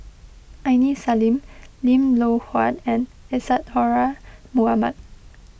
Aini Salim Lim Loh Huat and Isadhora Mohamed